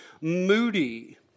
moody